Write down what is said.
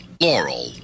Laurel